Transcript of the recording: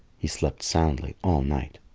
he slept soundly all night.